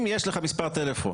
אם יש לך מספר טלפון